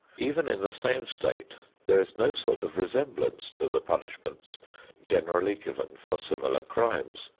even in the same state there is no sort of resemblance to the punishments generally given for similar crimes.